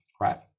right